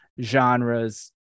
genres